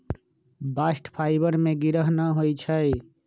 bast fibre में गिरह न होई छै